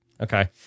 okay